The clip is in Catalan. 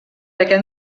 aquest